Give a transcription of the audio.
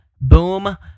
Boom